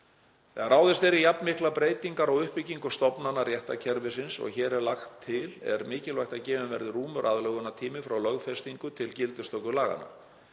Þegar ráðist er í jafnmiklar breytingar á uppbyggingu stofnana réttarkerfisins og hér er lagt til er mikilvægt að gefinn verði rúmur aðlögunartími frá lögfestingu til gildistöku laganna.